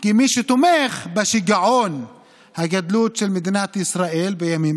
כי מי שתומך בשיגעון הגדלות של מדינת ישראל בימים